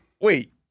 wait